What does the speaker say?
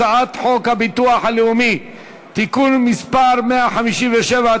הצעת חוק הביטוח הלאומי (תיקון מס' 157),